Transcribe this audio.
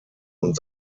und